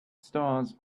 stars